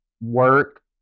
work